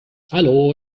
hallo